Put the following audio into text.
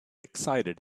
excited